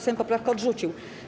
Sejm poprawkę odrzucił.